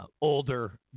older